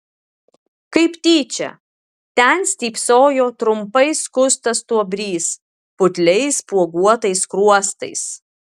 kaip tyčia ten stypsojo trumpai skustas stuobrys putliais spuoguotais skruostais